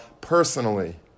personally